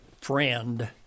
friend